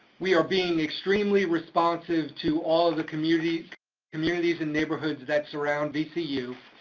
we are being extremely responsive to all of the communities communities and neighborhoods that surround vcu,